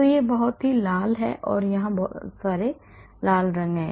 तो यह बहुत लाल है और यहाँ कई लाल रंग हैं